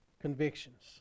convictions